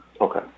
Okay